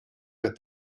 with